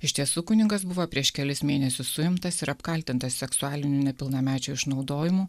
iš tiesų kunigas buvo prieš kelis mėnesius suimtas ir apkaltintas seksualiniu nepilnamečių išnaudojimu